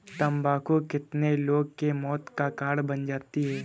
तम्बाकू कितने लोगों के मौत का कारण बन जाती है